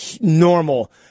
normal